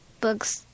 books